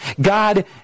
God